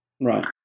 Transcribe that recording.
Right